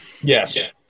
Yes